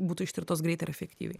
būtų ištirtos greitai ir efektyviai